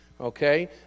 okay